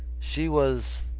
she was.